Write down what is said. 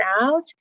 out